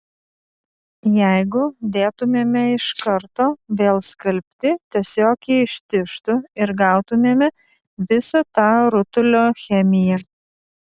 jeigu dėtumėme iš karto vėl skalbti tiesiog jie ištižtų ir gautumėme visa tą rutulio chemiją